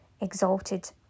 exalted